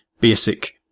basic